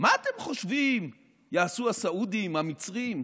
מה אתם חושבים יעשו הסעודים, המצרים,